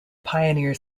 pioneer